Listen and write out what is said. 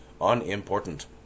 unimportant